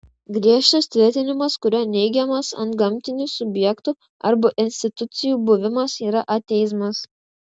griežtas tvirtinimas kuriuo neigiamas antgamtinių subjektų arba institucijų buvimas yra ateizmas